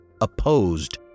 opposed